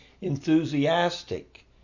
enthusiastic